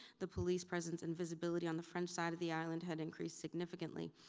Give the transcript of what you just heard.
the police presence and visibility on the french side of the island had increased significantly.